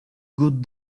good